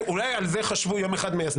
אולי על זה חשבו יום אחד מייסדי המדינה.